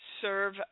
serve